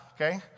okay